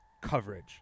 coverage